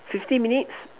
fifty minutes